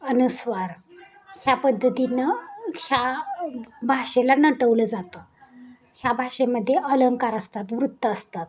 अनुस्वार ह्या पद्धतीनं ह्या भाषेला नटवलं जातं ह्या भाषेमध्ये अलंकार असतात वृत्त असतात